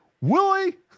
Willie